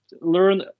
learn